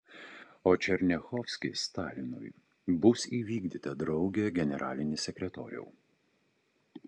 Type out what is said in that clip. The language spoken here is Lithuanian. o černiachovskis stalinui bus įvykdyta drauge generalinis sekretoriau